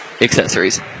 accessories